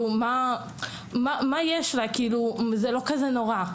זה לא כזה נורא.